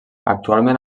actualment